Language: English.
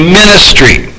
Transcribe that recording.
ministry